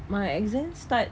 my exam start